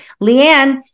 Leanne